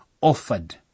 offered